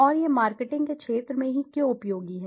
और यह मार्केटिंग के क्षेत्र में ही क्यों उपयोगी है